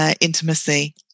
intimacy